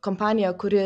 kompaniją kuri